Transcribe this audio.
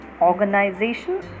organization